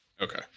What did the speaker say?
Okay